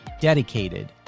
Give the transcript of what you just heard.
dedicated